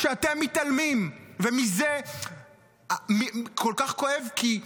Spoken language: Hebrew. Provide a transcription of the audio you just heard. כשאתם מתעלמים, וזה כל כך כואב, כי,